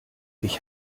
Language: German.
ich